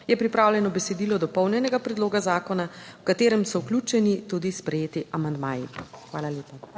je pripravljeno besedilo dopolnjenega predloga zakona, v katerem so vključeni tudi sprejeti amandmaji. Hvala lepa.